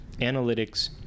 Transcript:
analytics